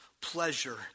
pleasure